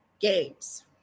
games